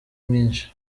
mwinshi